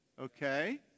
Okay